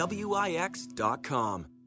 Wix.com